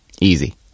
Easy